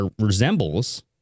resembles